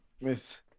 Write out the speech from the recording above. Miss